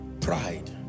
Pride